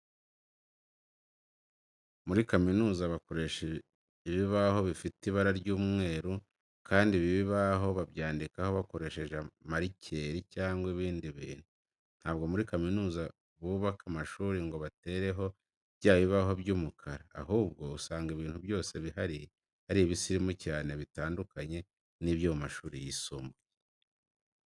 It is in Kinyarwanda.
Muri kaminuza bakoresha ibibaho bifite ibara ry'umweru kandi ibi bibaho babyandikaho bakoresheje marikeri cyangwa ibindi bintu. Ntabwo muri kaminuza bubaka amashuri ngo batereho bya bibaho by'umukara, ahubwo usanga ibintu byose bihari ari ibisirimu cyane bitandukanye n'ibyo mu mashuri yisumbuye.